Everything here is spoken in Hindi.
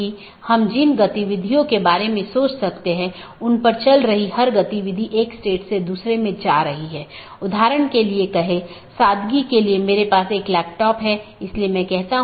BGP के संबंध में मार्ग रूट और रास्ते पाथ एक रूट गंतव्य के लिए पथ का वर्णन करने वाले विशेषताओं के संग्रह के साथ एक गंतव्य NLRI प्रारूप द्वारा निर्दिष्ट गंतव्य को जोड़ता है